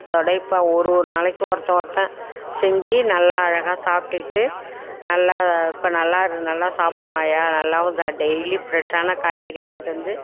அதோடேயும் இப்போ ஒரு ஒரு நாளைக்கு ஒருத்தன் ஒருத்தன் செஞ்சு நல்லா அழகாக சாப்பிட்டுக்கிட்டு நல்லா இப்போ நல்லா நல்லா சாப்பிட்றான்யா நல்லாவும் டெய்லி ப்ரஷ்ஷான காய்கறி வாங்கிட்டு வந்து